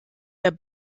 der